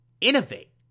innovate